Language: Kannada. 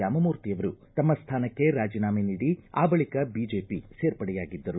ರಾಮಮೂರ್ತಿ ಅವರು ತಮ್ಮ ಸ್ಟಾನಕ್ಕೆ ರಾಜಿನಾಮೆ ನೀಡಿ ಆ ಬಳಿಕ ಬಿಜೆಪಿಗೆ ಸೇರ್ಪಡೆಯಾಗಿದ್ದರು